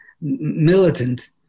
militant